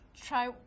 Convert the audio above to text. try